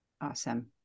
awesome